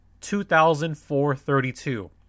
2,432